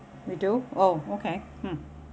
we do oh okay hmm